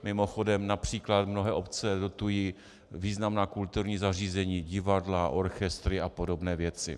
Mimochodem například mnohé obce dotují významná kulturní zařízení, divadla, orchestry a podobné věci.